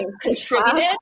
contributed